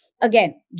again